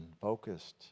focused